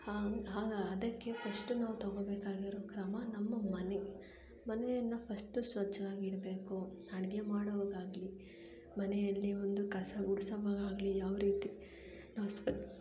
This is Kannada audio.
ಹಾಂಗೆ ಆಗ ಅದಕ್ಕೇ ಫಸ್ಟು ನಾವು ತೊಗೊಬೇಕಾಗಿರೋ ಕ್ರಮ ನಮ್ಮ ಮನೆ ಮನೆಯನ್ನು ಫಸ್ಟು ಸ್ವಚ್ಛವಾಗಿಡಬೇಕು ಅಡಿಗೆ ಮಾಡುವಾಗ ಆಗಲಿ ಮನೆಯಲ್ಲಿ ಒಂದು ಕಸ ಗುಡಿಸೊವಾಗ ಆಗಲಿ ಯಾವ ರೀತಿ